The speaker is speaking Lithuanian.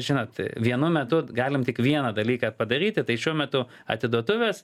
žinot vienu metu galim tik vieną dalyką padaryti tai šiuo metu atiduotuvės